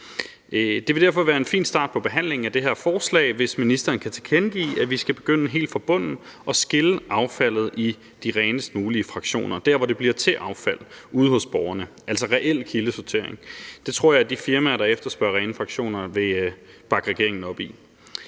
Det vil derfor være en fin start på behandlingen af det her forslag, hvis ministeren kan tilkendegive, at vi skal begynde helt fra bunden og skille affaldet i de renest mulige fraktioner dér, hvor det bliver til affald, nemlig ude hos borgerne, altså reel kildesortering. Det tror jeg de firmaer, der efterspørger rene fraktioner, vil bakke regeringen op i.